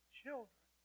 children